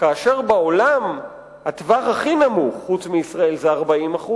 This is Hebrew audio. כאשר בעולם הטווח הכי נמוך חוץ מישראל זה 40%,